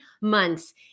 months